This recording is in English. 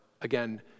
again